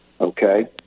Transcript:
Okay